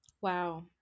Wow